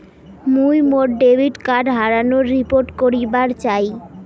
মুই মোর debit card হারানোর রিপোর্ট করিবার চাই